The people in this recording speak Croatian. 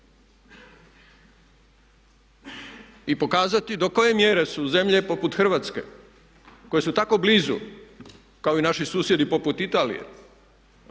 i pokazati do koje mjere su zemlje poput Hrvatske koje su tako blizu kao i naši susjedi poput Italije